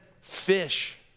fish